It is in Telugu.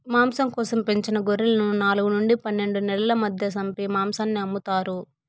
మాంసం కోసం పెంచిన గొర్రెలను నాలుగు నుండి పన్నెండు నెలల మధ్య సంపి మాంసాన్ని అమ్ముతారు